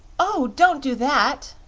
oh, don't do that!